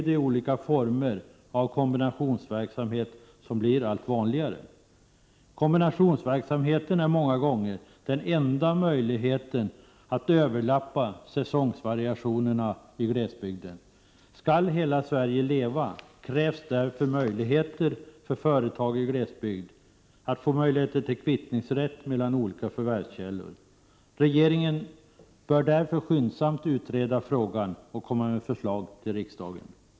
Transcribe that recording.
De olika former av kombinationsverksamhet som blir allt vanligare är av utomordentlig betydelse för glesbygden. Kombinationsverksamheten är många gånger den enda möjligheten att överlappa säsongsvariationerna i glesbygden. Skall hela Sverige leva krävs därför möjligheter för företag i glesbygd att få rätt till kvittning mellan olika förvävskällor. Regeringen bör därför skyndsamt utreda frågan och komma med förslag till riksdagen.